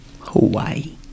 Hawaii